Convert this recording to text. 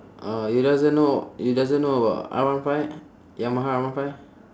uh you doesn't know you doesn't know about R one five yamaha R one five